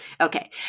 Okay